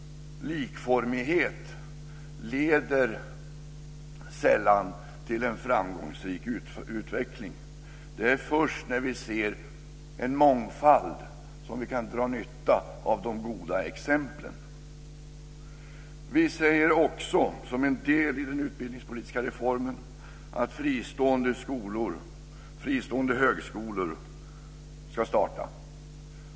Likformighet leder sällan till en framgångsrik utveckling. Det är först när vi ser en mångfald som vi kan dra nytta av de goda exemplen. Som en del i den utbildningspolitiska reformen vill vi också att fristående högskolor ska startas.